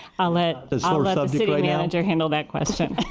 i let city like manager handle that question?